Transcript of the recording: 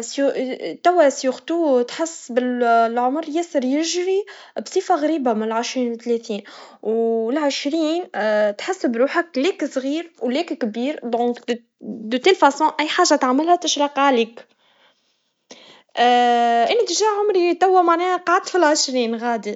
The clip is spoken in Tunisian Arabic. سي- توا قبل كل شي, تحس بالعمر ياسر يجري بصفا غريب من العشرين لتلاتين, و العشرين, تحسب بروحك ليك صغير, وليك كبير, برن- بكل سهولة, أي حاجا تعملها تشرق عليك, إن اتجاه عمري تو معناها فقط في العشرين غادي.